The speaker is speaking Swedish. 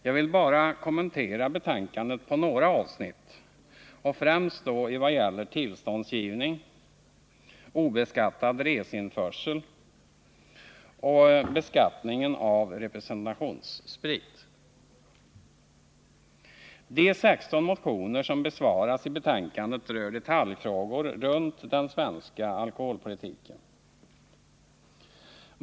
Jag vill bara kommentera betänkandet på några avsnitt och främst då vad gäller tillståndsgivning, obeskattad resandeinförsel och beskattning av representationssprit. De 16 motioner som besvaras i betänkandet rör detaljfrågor runt den svenska alkoholpolitiken.